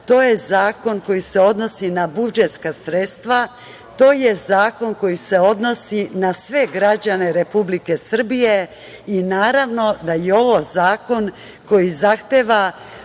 To je zakon koji se odnosi na budžetska sredstva, to je zakon koji se odnosi na sve građane Republike Srbije i naravno da je ovo zakon koji zahteva